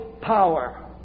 power